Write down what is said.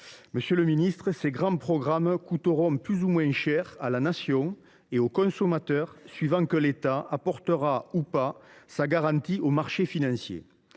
dans le temps long. Ces grands programmes coûteront plus ou moins cher à la Nation et aux consommateurs, suivant que l’État apportera ou non sa garantie aux marchés financiers.